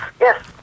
yes